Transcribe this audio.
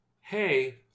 hey